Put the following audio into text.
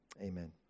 Amen